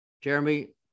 Jeremy